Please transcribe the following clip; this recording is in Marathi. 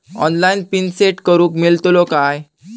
ऑनलाइन पिन सेट करूक मेलतलो काय?